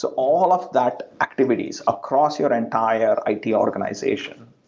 so all of that activities across your entire idea organization,